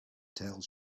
tales